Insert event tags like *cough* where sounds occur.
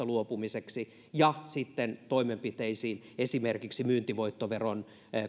*unintelligible* luopumiseksi ja sitten toimenpiteisiin esimerkiksi myyntivoittoveron